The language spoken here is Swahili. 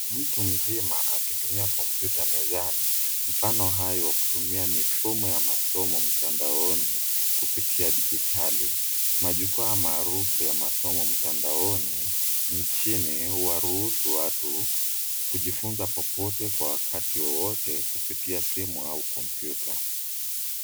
Mtu mzima akitumia kompyuta mezani ,mfano hai wa kutumia mifumo ya masomo mtandaoni kupitia dijitali. Majukwaa maarufu ya masomo mtandaoni nchini huwaruhusu watu kujifunza popote kwa wakati wowote kupitia simu au kompyuta.